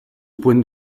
point